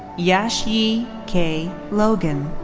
yash-yee k logan.